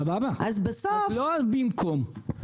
סבבה, אבל לא במקום.